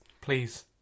please